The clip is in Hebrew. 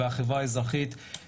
החברה האזרחית וגורמים נוספים,